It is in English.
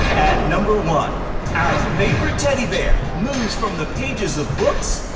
number one. our favorite teddy bear moves from the pages of books